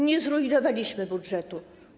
Nie zrujnowaliśmy budżetu.